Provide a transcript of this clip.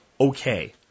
okay